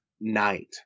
night